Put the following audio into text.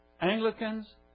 Anglicans